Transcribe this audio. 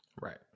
Right